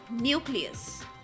nucleus